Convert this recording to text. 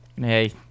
hey